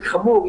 נזק כזה חמור,